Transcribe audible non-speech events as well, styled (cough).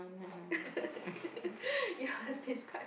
(laughs) you must describe to